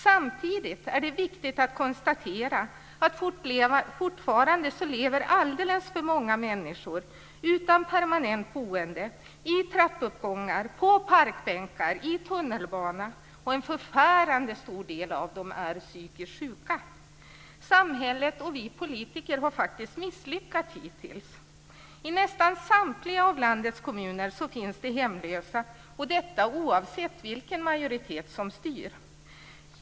Samtidigt är det viktigt att konstatera att fortfarande lever alldeles för många människor utan permanent boende, i trappuppgångar, på parkbänkar, i tunnelbana och en förfärande stor del av dem är psykiskt sjuka. Samhället och vi politiker har faktiskt misslyckats hittills. I nästan samtliga av landets kommuner finns det hemlösa, och detta oavsett vilken majoritet som styr.